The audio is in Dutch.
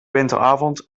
winteravond